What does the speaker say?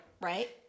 Right